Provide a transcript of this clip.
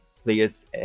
players